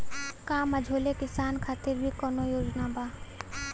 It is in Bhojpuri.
का मझोले किसान खातिर भी कौनो योजना बा?